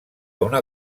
una